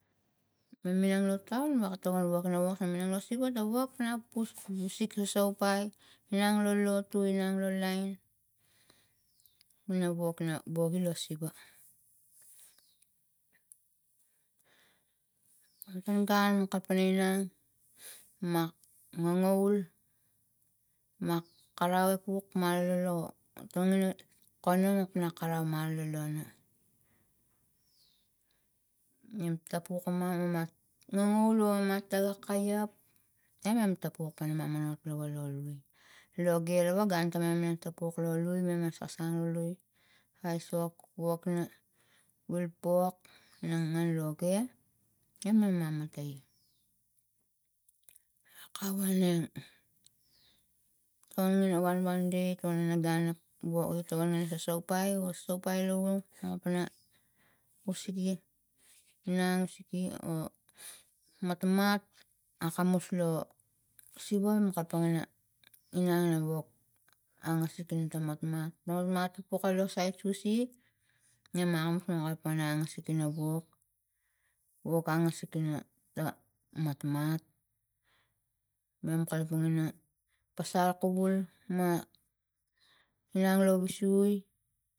Mam inang lo taun wekatomawoge na wok mam inang lo siva wok napus ku sikisopai inang lo lotu inang line na wok na woge lo siva. Matan gun ma kalapang inang ma ngangavul ma karau i kuk malolo tongina kona ma karau malolono nem tapuk ima ma ngangavul wa matai kaiak e mam tapuk pana mamanomot kava la lui loge lava gun tamam ina matai lo lui mam ma sasang lo lui aisok wok na wolpok ina ngan loge mam ma matai akawaleng kamam ina wanwan de kamam ina gun la woge tongon ina sosopai sosopai lovung kama pana usege inang usege o matmat akamus lo siva mam kalapang na inang lo wok angasik ta matamat na matmat i puka lo sait usik ne ma kalapang na angasik na wok. wok angasik ina ta matmat mem kalapang ina pasal kovul ma inang lo visuai.